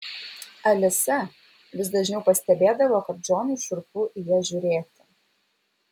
alisa vis dažniau pastebėdavo kad džonui šiurpu į ją žiūrėti